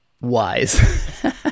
wise